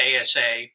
ASA